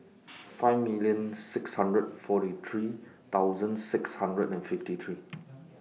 five million six hundred forty three thousand six hundred and fifty three